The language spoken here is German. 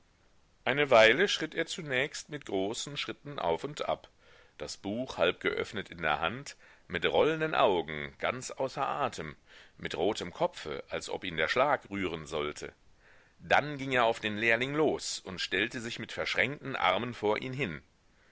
eine weile schritt er zunächst mit großen schritten auf und ab das buch halb geöffnet in der hand mit rollenden augen ganz außer atem mit rotem kopfe als ob ihn der schlag rühren sollte dann ging er auf den lehrling los und stellte sich mit verschränkten armen vor ihn hin